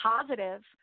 positive